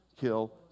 kill